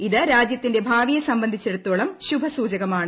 ഇത് രാജ്യത്തിന്റെ ഭാവിയെ സംബന്ധിച്ചിടത്തോളം ശുഭസൂചകമാണ്